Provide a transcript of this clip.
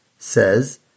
Says